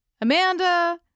amanda